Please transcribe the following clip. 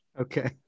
Okay